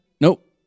Nope